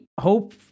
hope